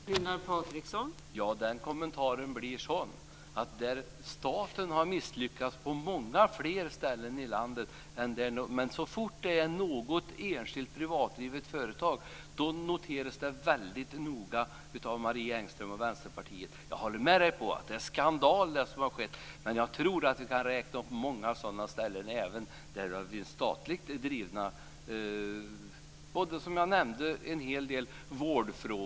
Fru talman! Den kommentaren blir att staten har misslyckats på många fler ställen i landet. Men så fort det gäller ett enskilt privatdrivet företag noteras det väldigt noga av Marie Engström och Vänsterpartiet. Jag håller dock med om att det som har skett är skandal och tror att det går att räkna upp många sådana exempel, även när det gäller statlig drift. Det kan gälla vårdfrågor, som jag nyss nämnde.